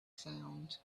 sound